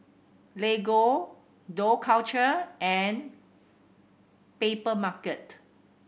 Lego Dough Culture and Papermarket